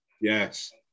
Yes